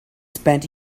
spent